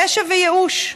פשע וייאוש.